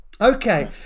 Okay